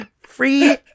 free